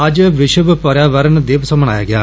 अज्ज विश्व पर्यावरण दिवस मनाया गेआ